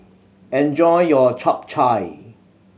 enjoy your Chap Chai